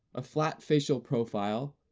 a flat facial profile,